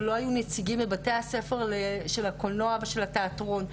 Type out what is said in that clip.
לא היו נציגים של בתי הספר לקולנוע ולתיאטרון,